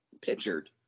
pictured